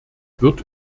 wird